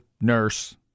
Nurse